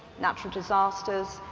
natural disasters.